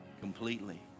Completely